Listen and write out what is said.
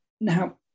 Now